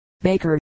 Baker